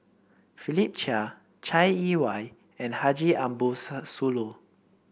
Philip Chia Chai Yee Wei and Haji Ambo Sooloh